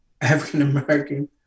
African-American